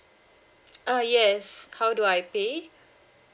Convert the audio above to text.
uh yes how do I pay